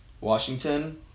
Washington